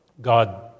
God